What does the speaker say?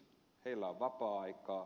heillä on vapaa aikaa